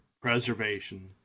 preservation